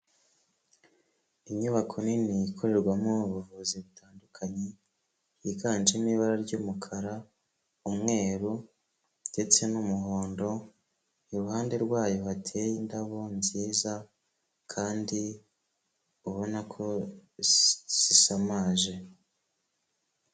Inyubako nini ikorerwamo ubuvuzi butandukanye, yiganjemo ibara ry'umukara, umweru ndetse n'umuhondo, iruhande rwayo hateye indabo nziza kandi ubona ko zisamaje.